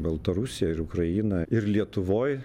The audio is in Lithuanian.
baltarusija ir ukraina ir lietuvoj